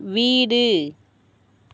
வீடு